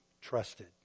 trusted